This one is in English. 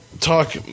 talk –